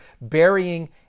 burying